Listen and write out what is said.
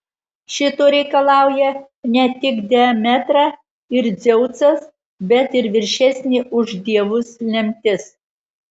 šito reikalauja ne tik demetra ir dzeusas bet ir viršesnė už dievus lemtis